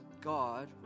God